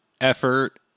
effort